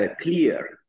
clear